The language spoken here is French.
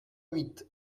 huit